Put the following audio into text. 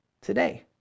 today